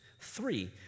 Three